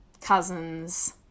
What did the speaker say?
cousins